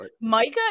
Micah